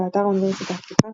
באתר האוניברסיטה הפתוחה